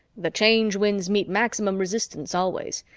the change winds meet maximum resistance always.